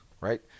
right